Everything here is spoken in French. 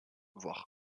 voire